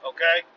Okay